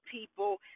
people